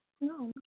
No